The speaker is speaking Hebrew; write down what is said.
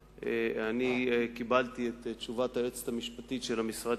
אני קיבלתי את תשובת היועצת המשפטית של המשרד